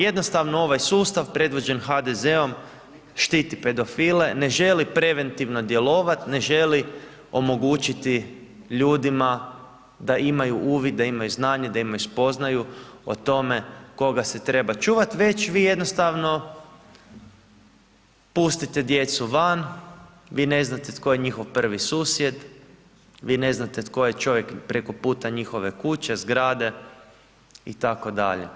Jednostavno ovaj sustav predvođen HDZ-om štiti pedofile, ne želi preventivno djelovat, ne želi omogućiti ljudima da imaju uvid, da imaju znanje, da imaju spoznaju o tome koga se trebaju čuvati već vi jednostavno pustite djecu van, vi ne znate tko je njihov prvi susjed, vi ne znate tko je čovjek preko puta njihove kuće, zgrade itd.